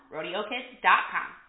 RodeoKids.com